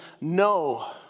no